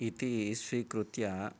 इति स्वीकृत्य